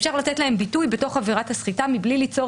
אפשר לתת להם ביטוי בתוך עבירת הסחיטה מבלי ליצור